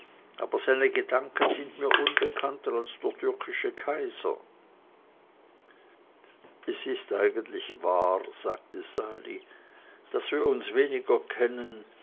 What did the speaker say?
aber seine gedanken sind mir unbekannter als der türkische kaiser es ist eigentlich wahr sagte sali daß wir uns weniger kennen